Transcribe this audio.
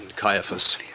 Caiaphas